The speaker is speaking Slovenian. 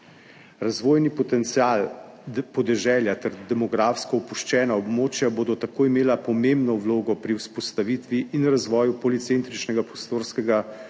Razvojni potencial podeželja ter demografsko opuščena območja bodo tako imela pomembno vlogo pri vzpostavitvi in razvoju policentričnega prostorskega